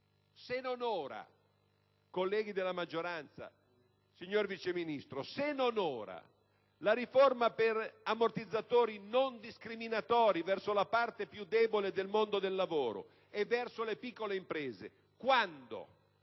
faremo ora, colleghi della maggioranza, signor Vice Ministro, la riforma per ammortizzatori non discriminatori verso la parte più debole del mondo del lavoro e verso le piccole imprese, allora